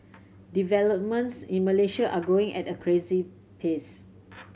developments in Malaysia are growing at a crazy pace